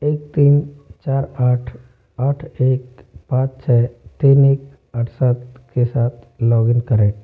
एक तीन चार आठ आठ एक पाँच छः तीन एक अड़सठ के साथ लॉगइन करें